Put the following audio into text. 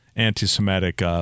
anti-Semitic